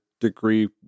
degree